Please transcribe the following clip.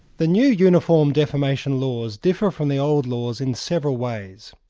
the new uniform defamation laws differ from the old laws in several ways.